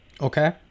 Okay